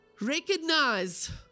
Recognize